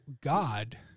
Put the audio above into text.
God